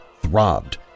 throbbed